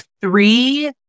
three